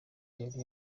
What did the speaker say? yari